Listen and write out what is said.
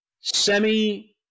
semi-